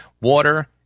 water